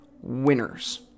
winners